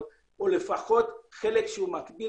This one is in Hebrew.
או לפחות חלק שהוא מקביל,